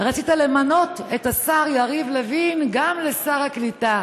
רצית למנות את השר יריב לוין גם לשר הקליטה.